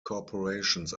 corporations